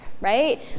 right